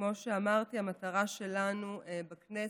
וכמו שאמרתי, המטרה שלנו בכנסת,